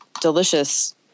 delicious